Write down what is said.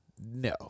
No